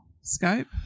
scope